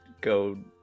go